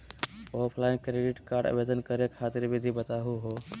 Offline credit card आवेदन करे खातिर विधि बताही हो?